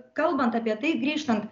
kalbant apie tai grįžtant